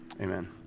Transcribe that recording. amen